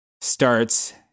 starts